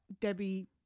Debbie